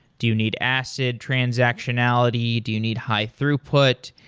do you need acid transactionality, do you need high throughput.